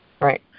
Right